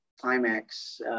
climax